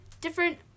different